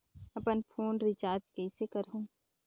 अपन phone recharge कइसे करहु?